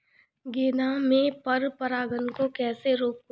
गेंदा में पर परागन को कैसे रोकुं?